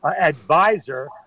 advisor